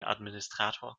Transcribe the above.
administrator